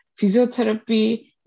physiotherapy